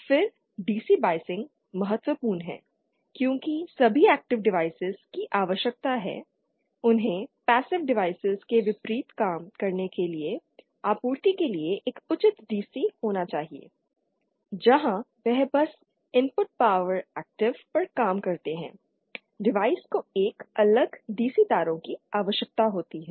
फिर DC biasing महत्वपूर्ण है क्योंकि सभी एक्टिव डिवाइस की आवश्यकता है उन्हें पैसिव डिवाइस के विपरीत काम करने के लिए आपूर्ति के लिए एक उचित डीसी होना चाहिए जहां वे बस इनपुट पावर एक्टिव पर काम करते हैं डिवाइस को एक अलग डीसी तारों की आवश्यकता होती है